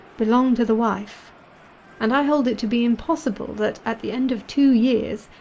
belong to the wife and i hold it to be impossible, that at the end of two years,